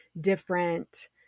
different